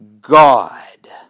God